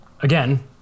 Again